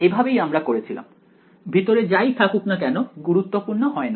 এভাবেই আমরা করেছিলাম ভিতরে যাই থাকুক না কেন গুরুত্বপূর্ণ হয় না